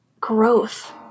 growth